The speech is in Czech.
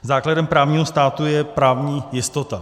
Základem právního státu je právní jistota.